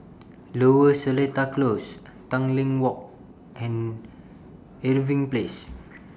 Lower Seletar Close Tanglin Walk and Irving Place